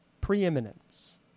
Preeminence